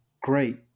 great